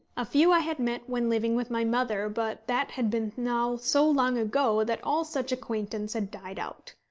a few i had met when living with my mother, but that had been now so long ago that all such acquaintance had died out.